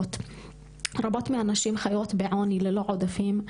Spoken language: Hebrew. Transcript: רבות מהנשים חיות בעוני ללא עודפים,